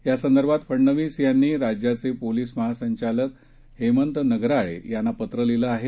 यासंदर्भात फडणीवस यांनी राज्याचे पोलीस महासंचालक हेमंत नगराळे यांना पत्र लिहीलं आहे